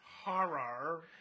Horror